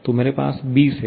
तो मेरे पास 20 है